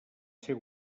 ser